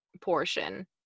portion